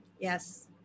Yes